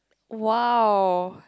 !wow!